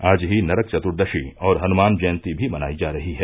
आज ही नरक चत्दर्शी और हनुमान जयन्ती भी मनाई जा रही है